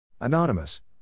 Anonymous